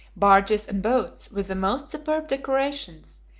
barges and boats, with the most superb decorations,